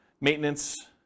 maintenance